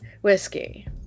whiskey